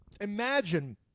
imagine